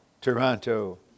Toronto